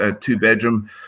two-bedroom